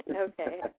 Okay